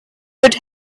would